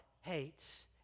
hates